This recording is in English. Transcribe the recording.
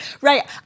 Right